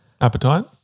Appetite